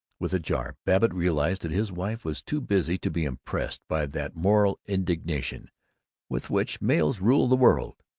with a jar babbitt realized that his wife was too busy to be impressed by that moral indignation with which males rule the world,